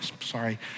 sorry